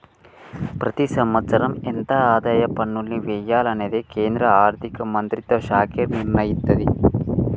ప్రతి సంవత్సరం ఎంత ఆదాయ పన్నుల్ని వెయ్యాలనేది కేంద్ర ఆర్ధిక మంత్రిత్వ శాఖే నిర్ణయిత్తది